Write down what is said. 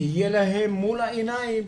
יהיה להם מול העיניים,